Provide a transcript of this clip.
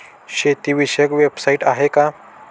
शेतीविषयक वेबसाइट आहे का?